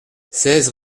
seize